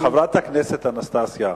חברת הכנסת אנסטסיה,